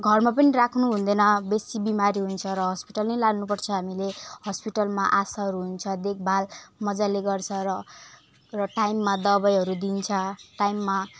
घरमा पनि राख्नुहुँदैन बेसी बिमारी हुन्छ र हस्पिटल नै लानु पर्छ हामीले हस्पिटलमा आसाहरू हुन्छ देखभाल मजाले गर्छ र र टाइममा दबाईहरू दिन्छ टाइममा